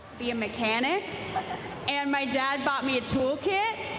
be a mechanic and my dad bought me a tool kit.